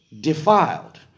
defiled